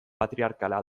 patriarkala